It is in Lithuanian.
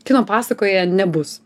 kino pasakoje nebus